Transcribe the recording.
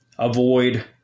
avoid